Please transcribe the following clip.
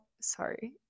sorry